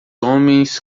homens